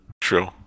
True